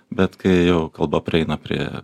bet kai jau kalba prieina prie